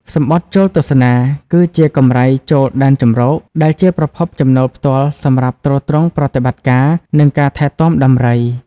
សំបុត្រចូលទស្សនា គឺជា កម្រៃចូលដែនជម្រក ដែលជាប្រភពចំណូលផ្ទាល់សម្រាប់ទ្រទ្រង់ប្រតិបត្តិការ និងការថែទាំដំរី។